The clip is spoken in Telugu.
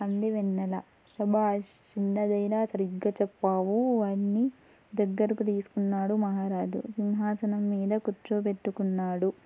అంది వెన్నెల శభాష్ చిన్నదానివైన సరిగ్గా చెప్పావు అని దగ్గరకు తీసుకున్నాడు మహారాజు సింహాసనం మీద కూర్చోపెట్టుకున్నాడు